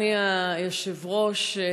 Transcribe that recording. אדוני היושב-ראש,